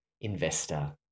investor